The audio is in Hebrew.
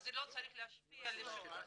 זה לא צריך להשפיע על דעתו.